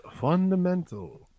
fundamental